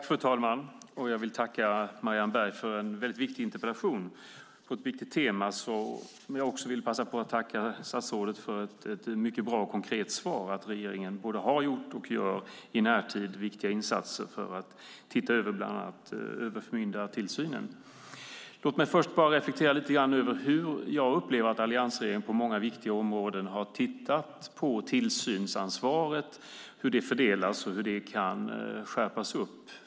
Fru talman! Jag vill tacka Marianne Berg för en viktig interpellation på ett viktigt tema. Jag vill också passa på att tacka statsrådet för ett mycket bra och konkret svar. Regeringen både har gjort och gör i närtid viktiga insatser för att titta över bland annat överförmyndartillsynen. Låt mig först bara reflektera lite grann över hur jag upplever att alliansregeringen på många viktiga områden har tittat på tillsynsansvaret och hur det fördelas och kan skärpas.